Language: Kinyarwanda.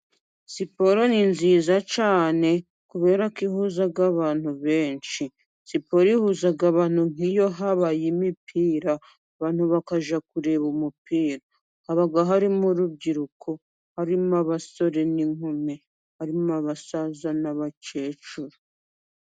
Siporo ni nziza cyane kuberako ihuza abantu benshi. Siporo ihuza abantu nk'iyo habaye imipira abantu bakajya kureba umupira haba harimo urubyiruko, harimo n'abasore n'inkumi ,harimo abasaza n'abakecuru.